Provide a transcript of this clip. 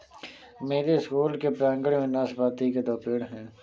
मेरे स्कूल के प्रांगण में नाशपाती के दो पेड़ हैं